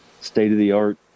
state-of-the-art